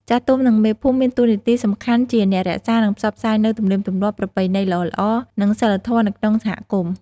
ចាស់ទុំ និងមេភូមិមានតួនាទីសំខាន់ជាអ្នករក្សា និងផ្សព្វផ្សាយនូវទំនៀមទម្លាប់ ប្រពៃណីល្អៗ និងសីលធម៌នៅក្នុងសហគមន៍។